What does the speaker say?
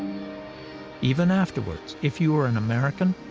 even afterwards, if you were an american,